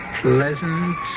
Pleasant